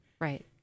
Right